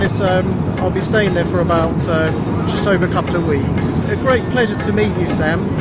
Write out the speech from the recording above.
i'll be staying there for about just over a couple of weeks. a great pleasure to meet you, sam.